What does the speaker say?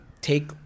take